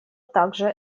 также